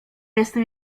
jestem